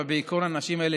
אבל בעיקרון האנשים האלה,